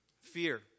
fear